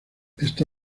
está